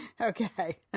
Okay